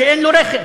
כי אין לו רכב,